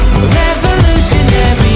Revolutionary